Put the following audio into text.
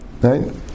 right